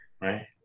right